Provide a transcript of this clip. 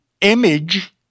image